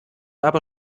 aber